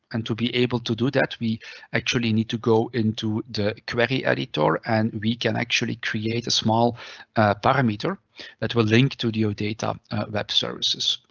and to be able to do that, we actually need to go into the query editor and we can actually create a small parameter that will link to the odata web services.